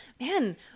man